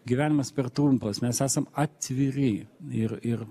gyvenimas per trumpas mes esam atviri ir ir